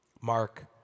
Mark